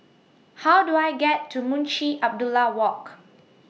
How Do I get to Munshi Abdullah Walk